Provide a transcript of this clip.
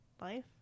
Life